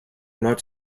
not